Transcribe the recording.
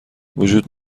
وجود